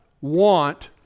Want